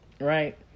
Right